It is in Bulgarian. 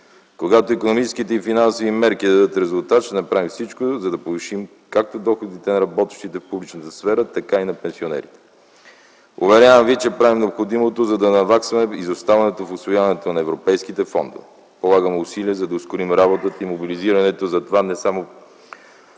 Когато икономическите и финансови мерки дадат резултат, ще направим всичко, за да повишим както доходите на работещите в публичната сфера, така и на пенсионерите. Уверявам ви, че правим необходимото, за да наваксаме изоставането в усвояването на европейските фондове. Полагаме усилия, за да ускорим работата и мобилизирането за това не само